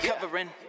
covering